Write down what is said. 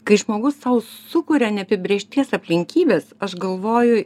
kai žmogus sau sukuria neapibrėžties aplinkybes aš galvoju